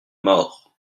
mort